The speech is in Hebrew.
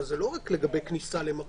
אז זה לא רק לגבי כניסה למקום.